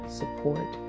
support